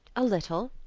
a little,